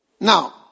Now